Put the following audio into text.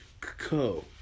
co